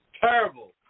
Terrible